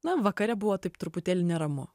na vakare buvo taip truputėlį neramu